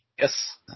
Yes